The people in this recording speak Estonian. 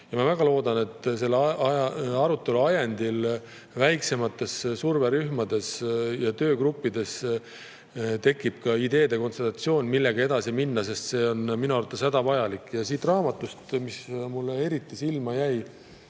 Ja ma väga loodan, et selle arutelu ajendil väiksemates surverühmades ja töögruppides tekib ka ideede kontsentratsioon, millega edasi minna, sest see on minu arvates hädavajalik. Siit raamatust jäi mulle eriti silma ja